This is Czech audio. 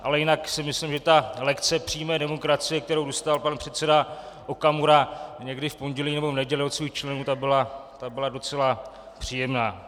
Ale jinak si myslím, že ta lekce přímé demokracie, kterou dostal pan předseda Okamura někdy v pondělí nebo v neděli od svých členů, ta byla docela příjemná.